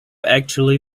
actually